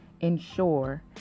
ensure